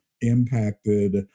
impacted